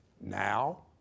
now